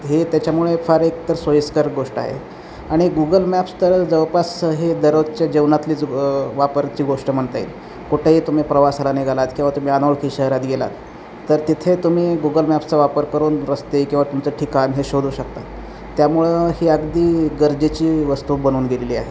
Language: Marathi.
हे त्याच्यामुळे फार एक तर सोयीस्कर गोष्ट आहे आणि गुगल मॅप्स तर जवळपास हे दररोजच्या जीवनातली ज वापराची गोष्ट म्हणता येईल कुठेही तुम्ही प्रवासाला निघालात किंवा तुम्ही अनोळखी शहरात गेलात तर तिथे तुम्ही गुगल मॅप्सचा वापर करून रस्ते किंवा तुमचं ठिकाण हे शोधू शकता त्यामुळं ही अगदी गरजेची वस्तू बनून गेलेली आहे